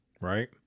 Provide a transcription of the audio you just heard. right